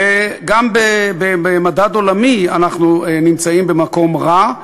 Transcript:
וגם במדד עולמי אנחנו נמצאים במקום רע,